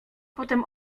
potem